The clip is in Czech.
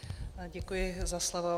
Děkuji za slovo.